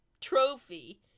trophy